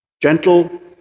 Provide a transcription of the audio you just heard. Gentle